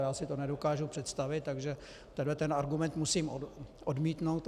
Já si to nedokážu představit, takže tento argument musím odmítnout.